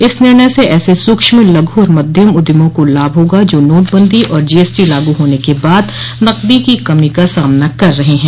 इस निर्णय से ऐसे सूक्ष्म लघु और मध्यम उद्यमों को लाभ होगा जो नोटबंदी और जीएसटी लागू होने के बाद नकदी की कमो का सामना कर रहे हैं